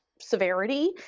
severity